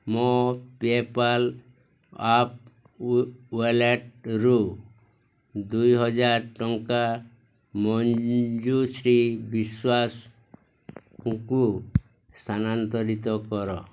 ମୋ PayPal app ୱାଲେଟରୁ ଦୁଇହଜାର ଟଙ୍କା ମଞ୍ଜୁଶ୍ରୀ ବିଶ୍ୱାସଙ୍କୁ ସ୍ଥାନାନ୍ତରିତ କର